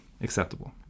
acceptable